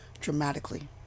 dramatically